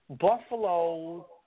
Buffalo